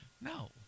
No